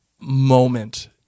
moment